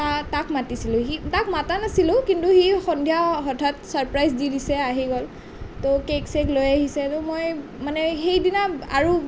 তাক তাক মাতিছিলোঁ সি তাক মতা নাছিলোঁ কিন্তু সি সন্ধিয়া হঠাৎ ছাৰপ্ৰাইজ দি দিছে আহি গ'ল তো কেক ছেক লৈ আহিছে তো মই মানে সেইদিনা আৰু